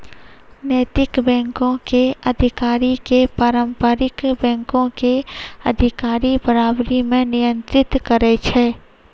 नैतिक बैंको के अधिकारी के पारंपरिक बैंको के अधिकारी बराबरी मे नियंत्रित करै छै